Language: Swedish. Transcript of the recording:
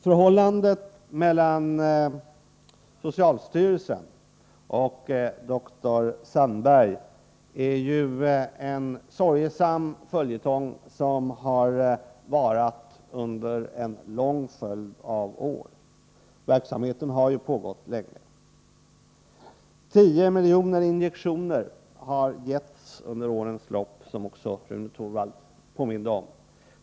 Förhållandet mellan socialstyrelsen och dr Sandberg är ju en sorgesam följetong som har varat under en lång följd av år. Verksamheten har ju pågått länge. 10 miljoner injektioner har getts under årens lopp, vilket också Rune Torwald påminde om.